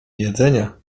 jedzenia